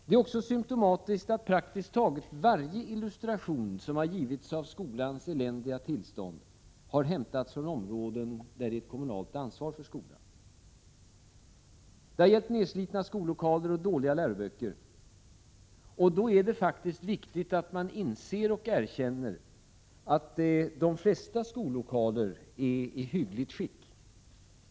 Det är också symptomatiskt att praktiskt taget varje illustration som har givits av skolans eländiga tillstånd har hämtats från områden där det är ett kommunalt ansvar för skolan. Det har gällt nedslitna skollokaler och dåliga läroböcker. Det är då viktigt att inse och erkänna att de flesta skollokaler är i hyggligt skick.